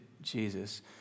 Jesus